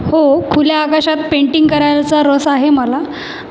हो खुल्या आकाशात पेंटिंग करायचा रस आहे मला